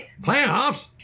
Playoffs